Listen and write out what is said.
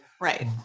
Right